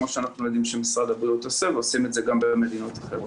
כמו שעושה משרד הבריאות כאן ובמדינות אחרות.